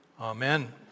amen